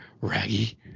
Raggy